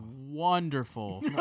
wonderful